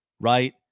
right